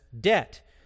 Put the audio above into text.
debt